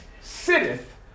sitteth